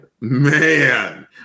Man